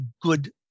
good